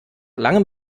langem